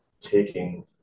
taking